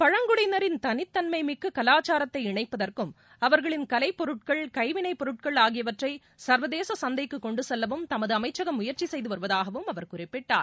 பழங்குடியினரின் தனித்தன்மை மிக்க கவாச்சாரத்தை இணைப்பதற்கும் அவர்களின் கலைப்பொருட்கள் கைவிளைப் பொருட்கள் ஆகியவற்றை சர்வதேச சந்தைக்கு கொண்டு செல்லவும் தமது அமைச்சகம் முயற்சி செய்து வருவதாகவும் அவர் குறிப்பிட்டார்